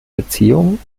beziehung